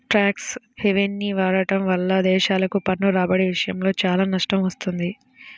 tax హెవెన్ని వాడటం వల్ల దేశాలకు పన్ను రాబడి విషయంలో చాలా నష్టం వస్తుంది